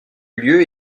lieu